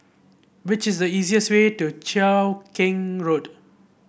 which is the easiest way to Cheow Keng Road